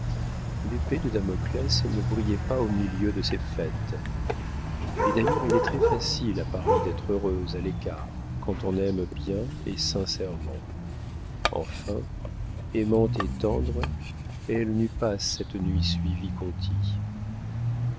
l'épée de damoclès ne brillait pas au milieu de ses fêtes et d'ailleurs il est très facile à paris d'être heureuse à l'écart quand on aime bien et sincèrement enfin aimante et tendre elle n'eût pas cette nuit suivi conti